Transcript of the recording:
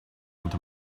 into